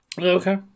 Okay